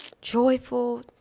joyful